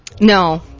No